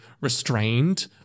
restrained